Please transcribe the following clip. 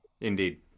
Indeed